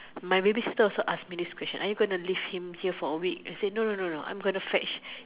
my babysitter also ask me this question are you going to leave him here for a week I say no no no no I'm going to fetch